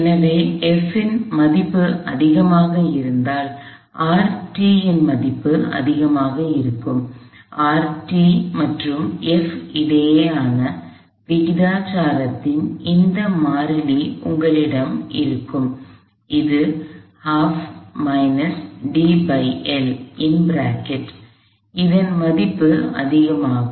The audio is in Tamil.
எனவே F இன் மதிப்பு அதிகமாக இருந்தால் இன் மதிப்பு அதிகமாக இருக்கும் மற்றும் F இடையேயான விகிதாச்சாரத்தின் இந்த மாறிலி உங்களிடம் இருக்கும் அது இதன் மதிப்பு அதிகமாகும்